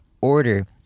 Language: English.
order